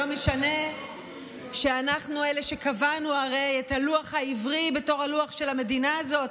לא משנה שאנחנו אלה שקבענו הרי את הלוח העברי בתור הלוח של המדינה הזאת.